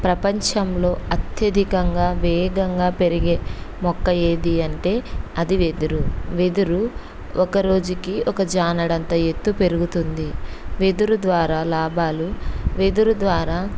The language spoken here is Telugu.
ప్రపంచంలో అత్యధికంగా వేగంగా పెరిగే మొక్క ఏది అంటే అది వెదురు వెదురు ఒకరోజుకి ఒక జానడంత ఎత్తు పెరుగుతుంది వెదురు ద్వారా లాభాలు వెదురు ద్వారా